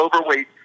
overweight